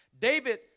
David